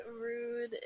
rude